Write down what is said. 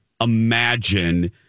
imagine